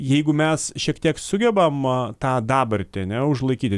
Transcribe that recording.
jeigu mes šiek tiek sugebam tą dabartį ane užlaikyti